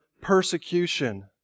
persecution